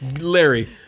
Larry